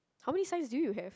how many signs do you have